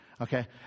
Okay